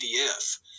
PDF